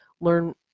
learn